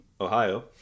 Ohio